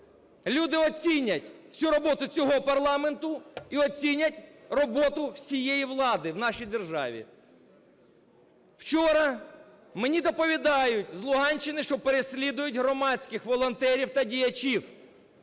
Люди оцінять всю роботу цього парламенту і оцінять роботу всієї влади в нашій державі. Вчора мені доповідають з Луганщини, що переслідують громадських волонтерів та діячів.